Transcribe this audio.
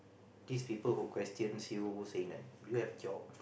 this people who questions you saying that do you have job